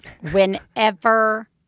whenever